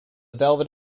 velvet